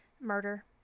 murder